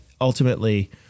ultimately